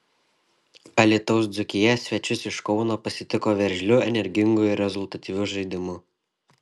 alytaus dzūkija svečius iš kauno pasitiko veržliu energingu ir rezultatyviu žaidimu